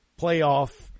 playoff